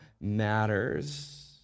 matters